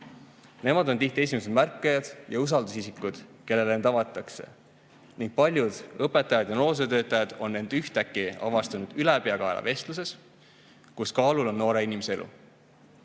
Nemad on tihti esimesed märkajad ja usaldusisikud, kellele end avatakse, ning paljud õpetajad ja noorsootöötajad on end ühtäkki avastanud vestluses, kus kaalul on noore inimese elu.